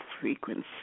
frequency